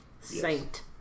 Saint